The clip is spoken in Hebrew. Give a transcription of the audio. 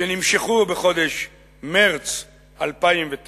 שנמשכו בחודש מרס 2009,